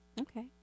Okay